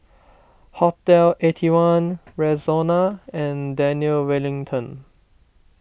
Hotel Eighty One Rexona and Daniel Wellington